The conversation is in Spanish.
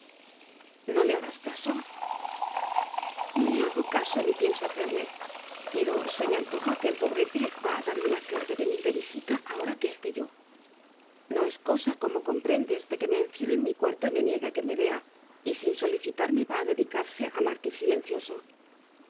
no le hagas caso ni le hago ni pienso hacerle pero se me antoja que el pobrete va a dar en la flor de venir de visita a hora que esté yo no es cosa como comprendes de que me encierre en mi cuarto y me niegue a que me vea y sin solicitarme va a dedicarse a mártir silencioso